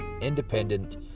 independent